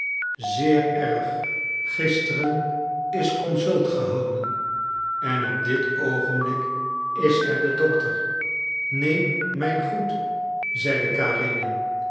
zeer erg gisteren is consult gehouden en op dit oogenblik is er de dokter neem mijn goed zeide